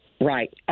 Right